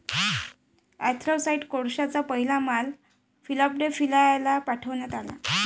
anthracite कोळशाचा पहिला माल फिलाडेल्फियाला पाठविण्यात आला